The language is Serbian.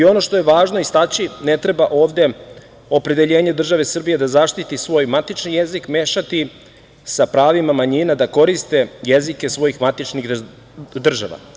Ono što je važno istaći, ne treba ovde opredeljenje države Srbije da zaštiti svoj matični jezik mešati sa pravima manjina da koriste jezike svojih matičnih država.